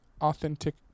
authentic